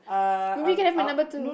maybe can have your number too